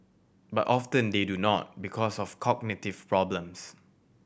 but often they do not because of cognitive problems